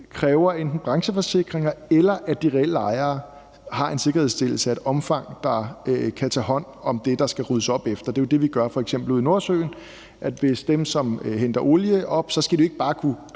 kræver enten brancheforsikringer, eller at de reelle ejere har en sikkerhedsstillelse af et omfang, der kan tage hånd om det, der skal ryddes op efter. Det er jo det, vi f.eks. gør ud i Nordsøen, hvor dem, der henter olie op, jo ikke bare skal